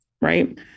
right